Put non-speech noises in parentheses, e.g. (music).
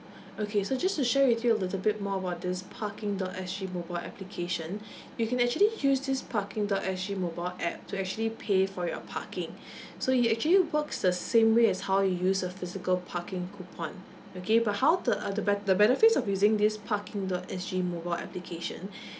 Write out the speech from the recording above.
okay so just to share with you a little bit more about this parking dot S_G mobile application (breath) you can actually use this parking dot S_G mobile app to actually pay for your parking (breath) so it actually works the same way as how you use a physical parking coupon okay but how the other ben~ the benefits of using this parking dot S_G mobile application